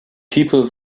people